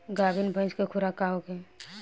गाभिन भैंस के खुराक का होखे?